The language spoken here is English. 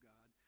God